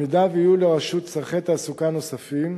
במידה שיהיו לרשות צורכי תעסוקה נוספים,